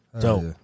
Dope